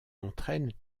entraînent